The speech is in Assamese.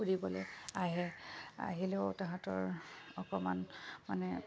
ফুৰিবলৈ আহে আহিলেও তাহাঁতৰ অকণমান মানে